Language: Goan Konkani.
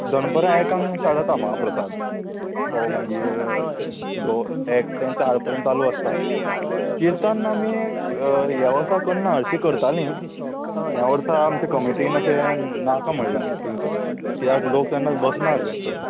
दोनपरां एकांक स्टाट महाप्रसाद तो मागीर दोन एक ते चार पर्यंत चालू आसता किर्तन आमी हे वर्सा करना हरशीं करतालीं हे वर्सा आमचे कमिटीन अशें नाका म्हणलें किर्तन किद्याक लोक जेन्ना बसना जाय चड